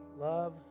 love